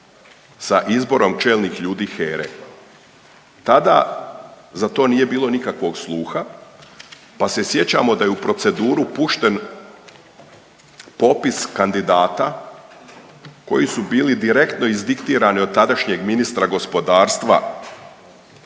sa izborom čelnih ljudi HERE. Tada za to nije bilo nikakvog sluha pa se sjećamo da je u proceduru pušten popis kandidata koji su bili direktno izdiktirani od tadašnjeg ministra gospodarstva